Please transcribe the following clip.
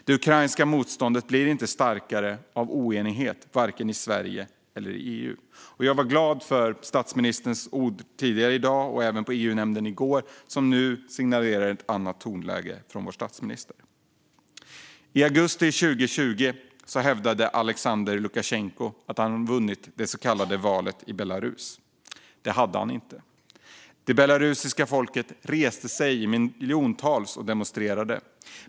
Det ukrainska motståndet blir inte starkare av oenighet i vare sig Sverige eller EU. Jag var glad för statsministerns ord tidigare i dag och även i EU-nämnden i går som nu signalerar ett annat tonläge från vår statsminister. I augusti 2020 hävdade Alexandr Lukasjenko att han vunnit det så kallade valet i Belarus. Det hade han inte. Det belarusiska folket reste sig i miljontal och demonstrerade.